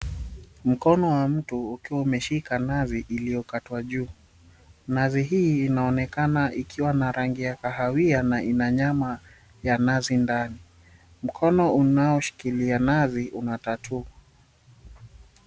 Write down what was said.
Mkono wa mtu, ukiwa umefika nazi iliyokatwa juu. Nazi hii inaonekana ikiwa na rangi ya kahawia, na ina nyama ya nazi ndani. Mkono unaoshikilia nazi una tattoo .